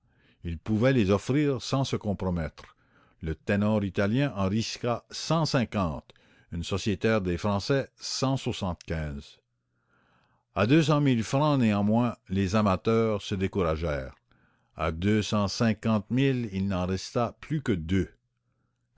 il pouvait les offrir sans se compromettre le ténor italien en risqua cent cinquante une sociétaire des français cent soixante-quinze à deux cent mille francs néanmoins les amateurs se découragèrent à deux cent cinquante mille il n'en resta plus que deux